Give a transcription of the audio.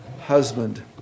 husband